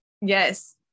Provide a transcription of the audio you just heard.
Yes